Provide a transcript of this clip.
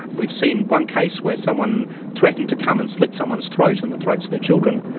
we've seen one case where someone threatened to come and slit someone's throat and the throats of their children.